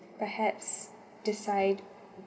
perhaps decide